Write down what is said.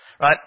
Right